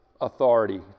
authority